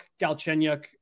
Galchenyuk